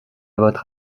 votre